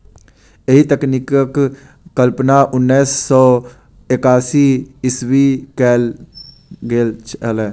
एहि तकनीकक कल्पना उन्नैस सौ एकासी ईस्वीमे कयल गेल छलै